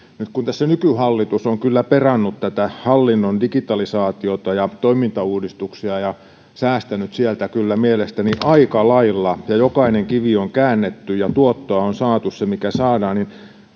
nyt kun tässä nykyhallitus on kyllä perannut tätä hallinnon digitalisaatiota ja toimintauudistuksia ja säästänyt sieltä kyllä mielestäni aika lailla ja jokainen kivi on käännetty ja tuottoa on saatu se mikä saadaan niin